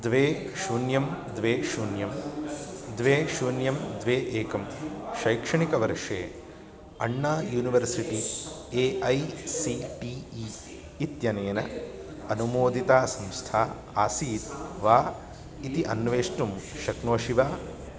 द्वे शून्यं द्वे शून्यं द्वे शून्यं द्वे एकं शैक्षणिकवर्षे Anna University A I C T E इत्यनेन अनुमोदिता संस्था आसीत् वा इति अन्वेष्टुं शक्नोषि वा